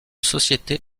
société